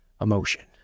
emotion